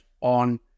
on